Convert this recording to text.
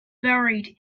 buried